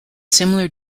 similar